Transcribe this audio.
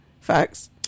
Facts